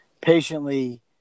patiently